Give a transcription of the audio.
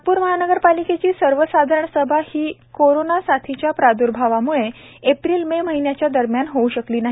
नागपूर महानगर पालिकेची सर्वसाधारण सभा ही करोणा साथीच्या प्रादर्भवामुळे एप्रिल मे महीन्या दरम्यान होऊ शकली नाही